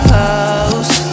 house